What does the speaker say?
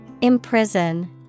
Imprison